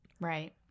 Right